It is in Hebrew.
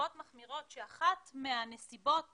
בנסיבות מחמירות שאחת מהנסיבות